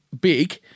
big